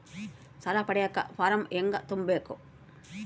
ಸಾಲ ಪಡಿಯಕ ಫಾರಂ ಹೆಂಗ ತುಂಬಬೇಕು?